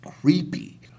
creepy